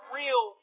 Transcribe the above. real